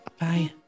Bye